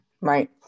Right